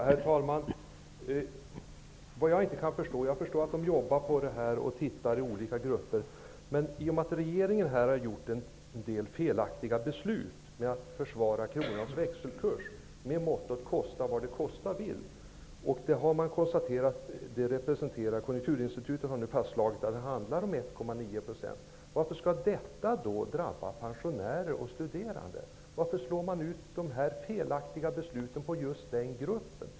Herr talman! Jag förstår att man jobbar med det här och att detta studeras i olika grupper. Men regeringen har fattat en del felaktiga beslut när det gäller försvaret av kronans växelkurs. Mottot var: Kosta vad det kosta vill. Konjunkturinstitutet har nu fastslagit att det handlar om 1,9 %. Varför skall detta då drabba pensionärer och studerande? Varför slår man så att säga ut de här felaktiga besluten på just nämnda grupper?